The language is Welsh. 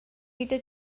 ydy